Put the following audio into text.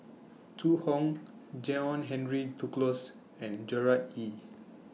Zhu Hong John Henry Duclos and Gerard Ee